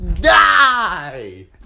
die